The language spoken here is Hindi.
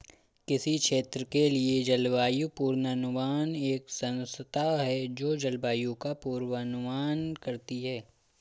किसी क्षेत्र के लिए जलवायु पूर्वानुमान एक संस्था है जो जलवायु का पूर्वानुमान करती है